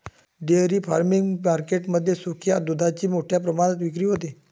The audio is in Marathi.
डेअरी फार्मिंग मार्केट मध्ये सुक्या दुधाची मोठ्या प्रमाणात विक्री होते